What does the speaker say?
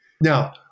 Now